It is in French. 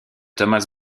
thomas